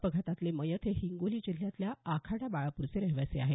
अपघातातले मयत हे हिंगोली जिल्ह्यातल्या आखाडा बाळापूरचे रहिवासी आहेत